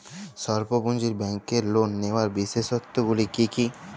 স্বল্প পুঁজির ব্যাংকের লোন নেওয়ার বিশেষত্বগুলি কী কী?